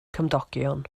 cymdogion